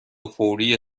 فوری